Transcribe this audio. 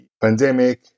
pandemic